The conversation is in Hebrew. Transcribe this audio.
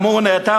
זה מאה אחוז,